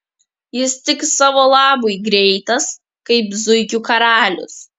jis tik savo labui greitas kaip zuikių karalius